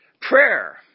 prayer